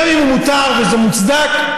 גם אם הוא מותר וזה מוצדק,